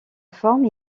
forme